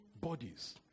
bodies